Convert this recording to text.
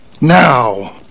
Now